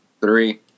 Three